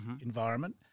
environment